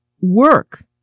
work